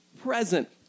present